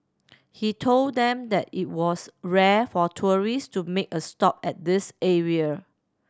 he told them that it was rare for a tourist to make a stop at this area